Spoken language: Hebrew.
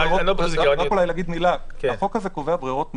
החוק הזה קובע ברירות מחדל.